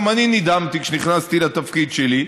גם אני נדהמתי כשנכנסתי לתפקיד שלי,